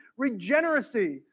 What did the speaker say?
regeneracy